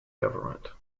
government